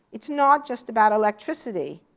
it's not just about electricity.